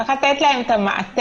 צריך לתת להם את המעטפת